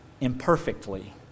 imperfectly